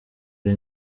ari